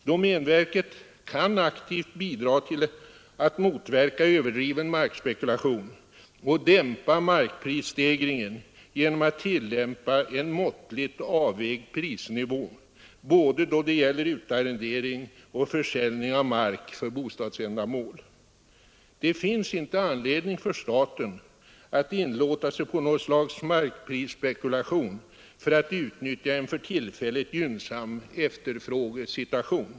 Domänverket kan aktivt bidra till att motverka överdriven markspekulation och dämpa markprisstegringen genom att tillämpa en måttligt avvägd prisnivå då det gäller utarrendering och försäljning av mark för bostadsändamål. Det finns inte anledning för staten att inlåta sig på något slags markprisspekulation för att utnyttja en för tillfället gynnsam efterfrågesituation.